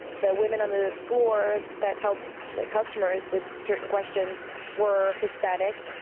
the women on the floor that helped customers with certain questions were hispanic.